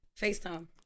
FaceTime